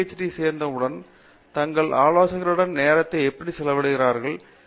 D சேர்ந்தவுடன் தங்கள் ஆலோசகருடன் நேரத்தை எப்படி செலவிடுகிறீர்களா